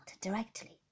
directly